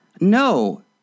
No